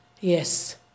Yes